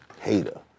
hater